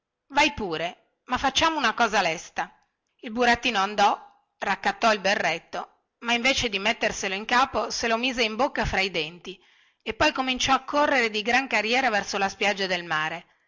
vai pure ma facciamo una cosa lesta il burattino andò raccattò il berretto ma invece di metterselo in capo se lo mise in bocca fra i denti e poi cominciò a correre di gran carriera verso la spiaggia del mare